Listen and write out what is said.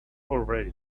already